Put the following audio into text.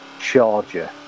Charger